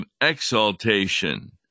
exaltation